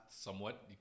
Somewhat